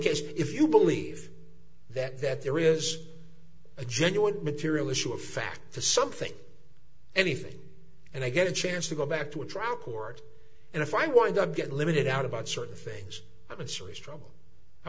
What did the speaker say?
case if you believe that that there is a genuine material issue of fact to something anything and i get a chance to go back to a trial court and if i want to get limited out about certain things i'm in serious trouble i'm